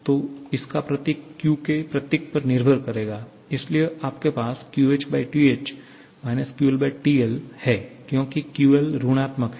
तो इसका प्रतीक Q के प्रतीक पर निर्भर करेगा इसलिए आपके पास 'QHTH QLTL' है क्योंकि QL ऋणात्मक है